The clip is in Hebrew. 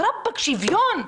רבאק, שוויון.